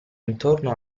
intorno